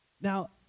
Now